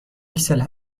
اکسل